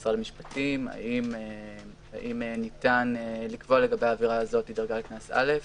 במשרד המשפטים האם ניתן לקבוע לגבי העבירה הזאת דרגת קנס א',